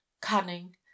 cunning